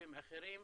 ליישובים אחרים,